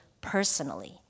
personally